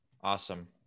Awesome